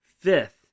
fifth